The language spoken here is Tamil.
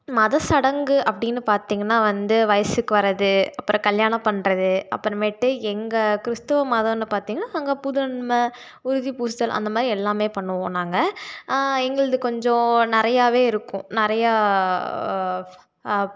மத சடங்கு அப்படின்னு பார்த்தீங்கன்னா வந்து வயசுக்கு வர்றது அப்புறம் கல்யாணம் பண்ணுறது அப்புறமேட்டு எங்கள் கிறிஸ்துவ மதன்னு பார்த்தீங்கன்னா அங்கே புது நன்மை உறுதிப் பூசுதல் அந்த மாதிரி எல்லாமே பண்ணுவோம் நாங்கள் எங்களுது கொஞ்சம் நிறையாவே இருக்கும் நிறையா